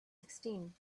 sixteen